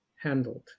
Handled